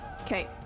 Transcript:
Okay